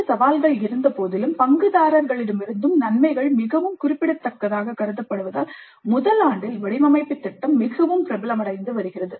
இந்த சவால்கள் இருந்தபோதிலும் பங்குதாரர்களிடமிருந்து நன்மைகள் மிகவும் குறிப்பிடத்தக்கதாக கருதப்படுவதால் முதலாண்டில் வடிவமைப்புத் திட்டம் மிகவும் பிரபலமடைந்து வருகிறது